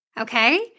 Okay